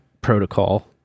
protocol